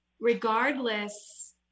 regardless